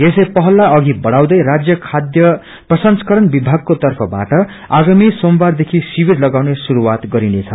यसै पहललाई अघि बढ़ाउँदै राज्य खाध्य प्रसंस्करण विभागको तर्फबाट आगामी सोमबारदेखि शिविर लगाउने शुस्तआत गरिनेछ